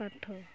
ପାଠ